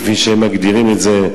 כפי שהם מגדירים את זה,